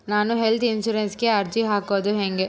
ನಾನು ಹೆಲ್ತ್ ಇನ್ಸುರೆನ್ಸಿಗೆ ಅರ್ಜಿ ಹಾಕದು ಹೆಂಗ?